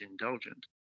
indulgent